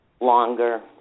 longer